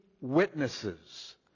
witnesses